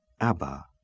abba